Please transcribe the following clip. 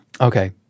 Okay